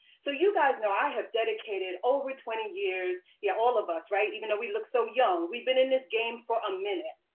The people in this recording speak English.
so you guys know i have dedicated over twenty years, yeah all of us, right, even though we look so young we have been in this game for a minute.